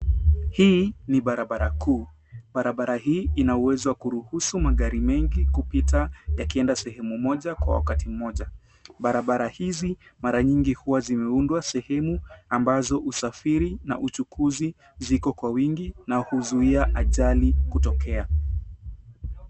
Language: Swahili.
Hii ni barabara kuu. Barabara hii ina uwezo wa kuruhusu magari mengi kupita yakienda sehemu moja kwa wakati moja. Barabara hizi mara mingi huwa zimeundwa sehemu ambazo usafiri na uchukuzi ziko kwa wingi na huzuia ajali kutokea.